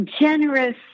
generous